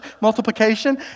multiplication